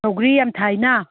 ꯁꯧꯒ꯭ꯔꯤ ꯌꯥꯝ ꯊꯥꯏꯅ